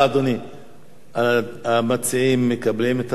המציעים מקבלים את הצעת כבוד השר?